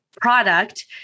product